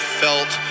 felt